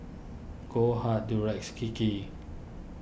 Goldheart Durex Kiki